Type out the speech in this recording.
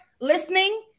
listening